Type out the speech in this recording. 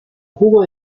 jugo